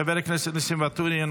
חבר הכנסת ניסים ואטורי,